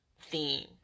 theme